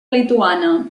lituana